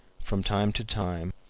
from time to time,